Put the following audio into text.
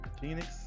Phoenix